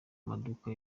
maduka